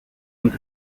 und